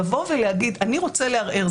לבוא ולהגיד "אני רוצה לערער",